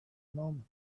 moment